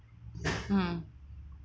mm